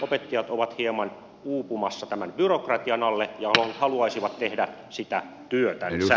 opettajat ovat hieman uupumassa tämän byrokratian alle ja haluaisivat tehdä sitä työtänsä